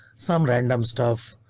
some random stuff.